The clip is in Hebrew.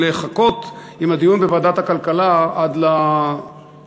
לחכות עם הדיון בוועדת הכלכלה עד ל-,